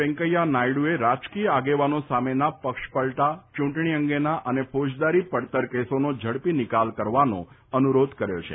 વેંકૈયાહ નાયડ઼એ રાજકીય આગેવાનો સામેના પક્ષ પલટા ચૂંટણી અંગે અને ફોજદારી પડતર કેસોનો ઝડપી નિકાલ કરવાનો અનુરોધ કર્યો છે